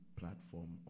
platform